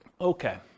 Okay